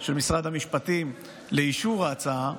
של משרד המשפטים לאישור ההצעה,